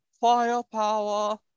firepower